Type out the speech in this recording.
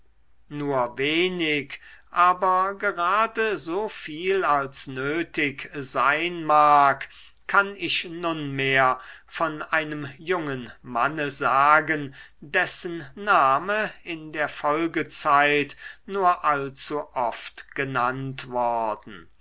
nur wenig aber gerade so viel als nötig sein mag kann ich nunmehr von einem jungen manne sagen dessen name in der folgezeit nur allzu oft genannt worden